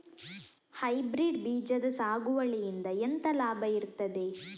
Hybrid ಬೀಜದ ಸಾಗುವಳಿಯಿಂದ ಎಂತ ಲಾಭ ಇರ್ತದೆ?